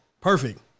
Perfect